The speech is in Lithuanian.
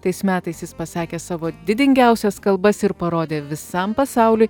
tais metais jis pasakė savo didingiausias kalbas ir parodė visam pasauliui